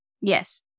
Yes